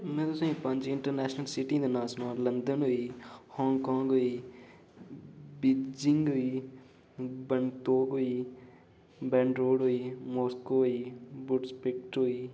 में तुसें ई पंज इंटरनेशनल सिटी दे नांऽ सनांऽ लंदन होई हांगकांग होई बिजिंग होई बंगतोक होई बेनड्रोड होई मस्को होई बुड्सपिक्ट होई